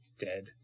Dead